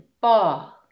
ball